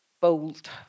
bold